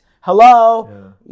Hello